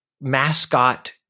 mascot